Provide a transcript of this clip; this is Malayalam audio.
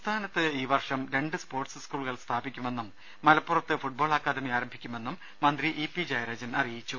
സംസ്ഥാനത്ത് ഈ വർഷം രണ്ട് സ്പോർട്സ് സ്കൂളുകൾ സ്ഥാപിക്കുമെന്നും മലപ്പുറത്ത് ഫുട്ബാൾ അക്കാദമി ആരംഭിക്കുമെന്നും മന്ത്രി ഇ പി ജയരാജൻ പറഞ്ഞു